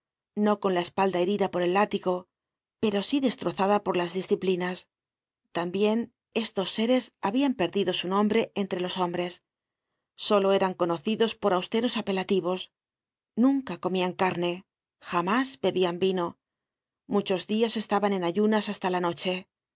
no con la espalda herida por el látigo pero sí destrozada por las disciplinas tambien estos seres habian perdido su nombre entre los hombres solo eran conocidos por austeros apelativos nunca comían carne jamás bebian vino muchos diasestaban en ayunas hasta la noche